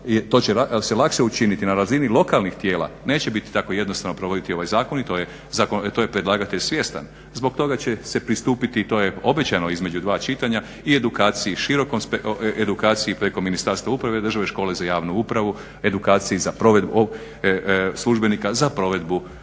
to će se lakše učiniti na razini lokalnih tijela, neće biti tako jednostavno provoditi ovaj zakon i to je predlagatelj svjestan. Zbog toga će se pristupiti i to je obećano između dva čitanja i edukaciji širokog, edukaciji preko Ministarstva uprave, državne škole za javnu upravu, edukaciji za provedbu službenika